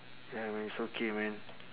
ya man it's okay man